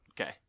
Okay